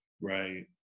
Right